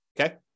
okay